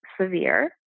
severe